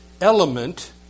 element